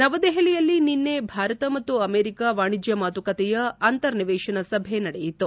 ನವದೆಹಲಿಯಲ್ಲಿ ನಿನ್ನೆ ಭಾರತ ಮತ್ತು ಅಮೆರಿಕ ವಾಣಿಜ್ಯ ಮಾತುಕತೆಯ ಅಂತರ್ನಿವೇಶನ ಸಭೆ ನಡೆಯಿತು